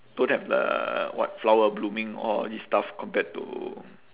don't have the what flower blooming all these stuff compared to